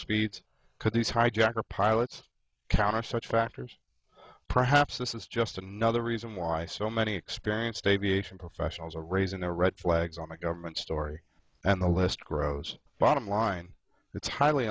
speeds could these hijacker pilots count on such factors perhaps this is just another reason why so many experienced aviation professionals are raising a red flags on a government story and the list grows bottom line it's highly